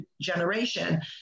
generation